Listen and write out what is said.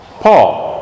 Paul